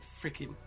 freaking